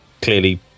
Clearly